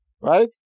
Right